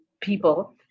people